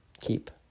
Keep